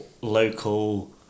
local